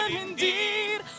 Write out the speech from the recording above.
indeed